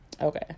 Okay